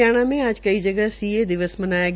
हरियाणा में आज कई जगह सी ए दिवस मनाया गया